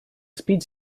speed